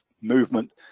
movement